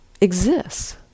exists